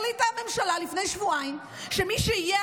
החליטה הממשלה לפני שבועיים שמי שיהיה